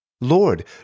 Lord